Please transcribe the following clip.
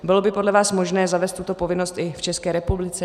Bylo by podle vás možné zavést tuto povinnost i v České republice?